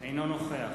אינו נוכח